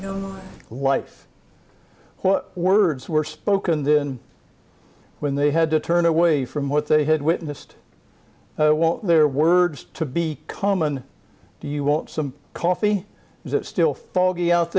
own life what words were spoken then when they had to turn away from what they had witnessed what their words to be common do you want some coffee is it still foggy out